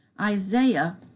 Isaiah